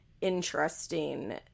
interesting